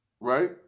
right